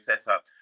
setup